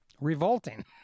Revolting